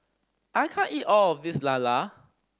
I can't eat all of this lala